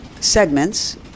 segments